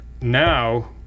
now